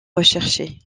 recherché